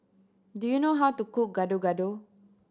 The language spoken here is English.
do you know how to cook Gado Gado